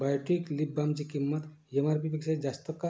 Biotique lip बामची किंमत M R पीपेक्षा जास्त का